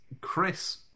chris